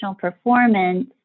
performance